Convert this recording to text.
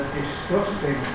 disgusting